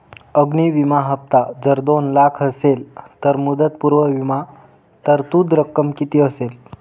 अग्नि विमा हफ्ता जर दोन लाख असेल तर मुदतपूर्व विमा तरतूद रक्कम किती असेल?